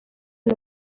las